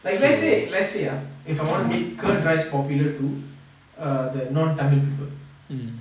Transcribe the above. like let's say let's say ah if I want to make curd rice popular to err the non tamil people